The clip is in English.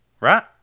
Right